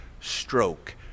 stroke